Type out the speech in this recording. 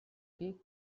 cake